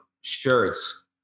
shirts